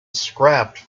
scrapped